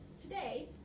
Today